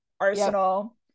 Arsenal